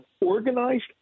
organized